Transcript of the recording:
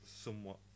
somewhat